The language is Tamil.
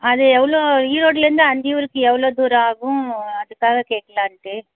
அது எவ்வளோ ஈரோட்டிலருந்து அந்தியூருக்கு எவ்வளோ தூரம் ஆகும் அதுக்காக கேட்கலான்ட்டு